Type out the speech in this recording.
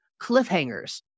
cliffhangers